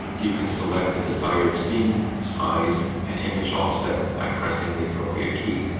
you can select the desired scene, size, and image offset by pressing the appropriate key.